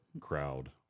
crowd